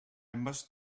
must